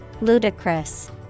Ludicrous